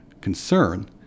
concern